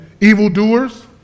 evildoers